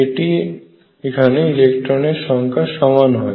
এটি এখানে ইলেকট্রনের সংখ্যা সমান হয়